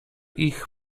ich